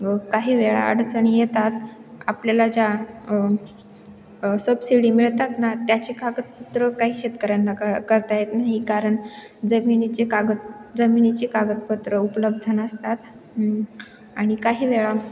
काही वेळा अडचणी येतात आपल्याला ज्या सबसिडी मिळतात ना त्याचे कागदपत्र काही शेतकऱ्यांना क करता येत नाही कारण जमिनीचे कागद जमिनीचे कागदपत्र उपलब्ध नसतात आणि काही वेळा